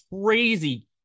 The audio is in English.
crazy